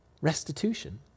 Restitution